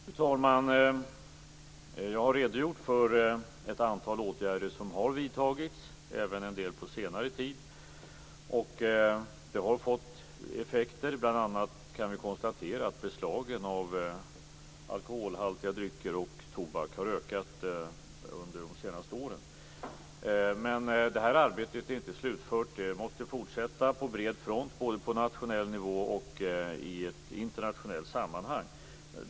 Fru talman! Jag har redogjort för ett antal åtgärder som har vidtagits - även en del på senare tid. Det har fått effekter. Bl.a. kan vi konstatera att beslagen av alkoholhaltiga drycker och tobak har ökat under de senaste åren. Arbetet är inte slutfört. Det måste fortsätta på bred front både på nationell nivå och i ett internationellt sammanhang.